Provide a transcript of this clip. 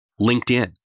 LinkedIn